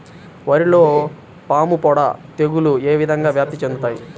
వరిలో పాముపొడ తెగులు ఏ విధంగా వ్యాప్తి చెందుతాయి?